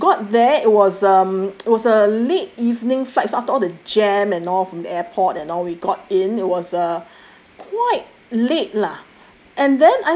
you know when we got there it was um it was a late evening flights after all the jam and all from the airport and all we got in it was a quite late lah